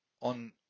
on